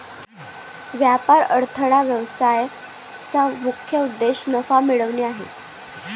व्यापार अडथळा व्यवसायाचा मुख्य उद्देश नफा मिळवणे आहे